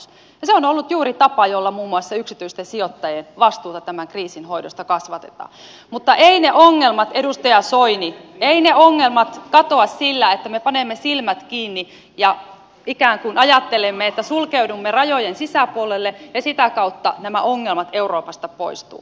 se on ollut juuri tapa jolla muun muassa yksityisten sijoittajien vastuuta tämän kriisin hoidosta kasvatetaan mutta edustaja soini eivät ne ongelmat katoa sillä että me panemme silmät kiinni ja ikään kuin ajattelemme että sulkeudumme rajojen sisäpuolelle ja sitä kautta nämä ongelmat euroopasta poistuvat